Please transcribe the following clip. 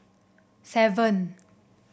seven